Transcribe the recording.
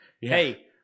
Hey